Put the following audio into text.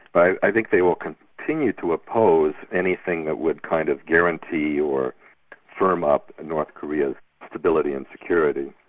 i think they will continue to oppose anything that would kind of guarantee or firm up north korea's stability and security,